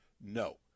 No